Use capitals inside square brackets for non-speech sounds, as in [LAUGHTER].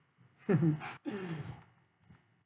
[LAUGHS]